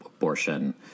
Abortion